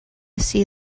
see